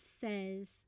says